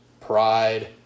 pride